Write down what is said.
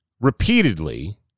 repeatedly